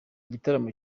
igitaramo